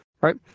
right